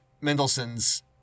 Mendelssohn's